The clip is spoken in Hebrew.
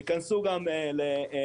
הן יכנסו גם לגירעון,